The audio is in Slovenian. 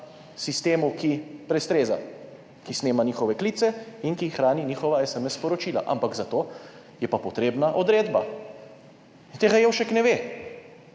sistemu, ki prestreza, ki snema njihove klice in ki hrani njihova SMS sporočila, ampak za to je pa potrebna odredba in tega Jevšek ne ve.